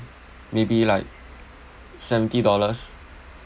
maybe like seventy dollars